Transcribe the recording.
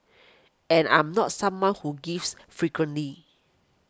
and I am not someone who gives frequently